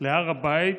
להר הבית,